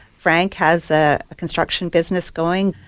frank has a construction business going.